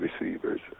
receivers